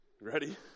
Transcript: Ready